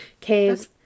caves